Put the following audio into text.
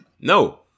No